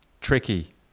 tricky